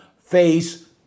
face